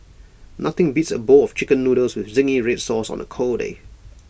nothing beats A bowl of Chicken Noodles with Zingy Red Sauce on A cold day